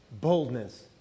boldness